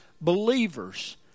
believers